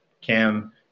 Cam